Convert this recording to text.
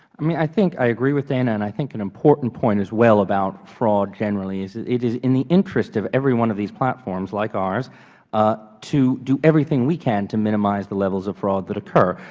i mean, i think i agree with dana and i think an important point as well about fraud, generally is it is in the interest of every one of these platforms like ours ah to do everything we can to minimize the levels of fraud that occur.